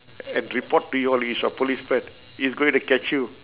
and report to you all he's a policeman he's going to catch you